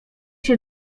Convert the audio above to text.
się